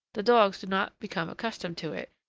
the dogs do not become accustomed to it,